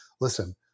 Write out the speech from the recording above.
listen